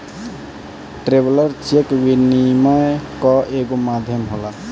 traveller cheque विनिमय कअ एगो माध्यम होला